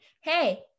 Hey